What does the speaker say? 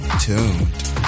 tuned